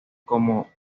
como